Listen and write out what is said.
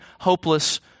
hopeless